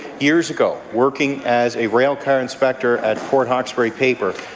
years ago, working as a railcar inspector at port hawkesbury paper,